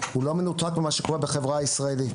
הוא לא מנותק ממה שקורה בחברה הישראלית.